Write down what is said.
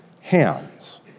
hands